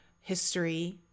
history